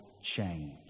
change